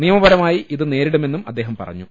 നിയമപരമായി ഇത് നേരിടുമെന്നും അദ്ദേഹം പറഞ്ഞു